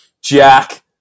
Jack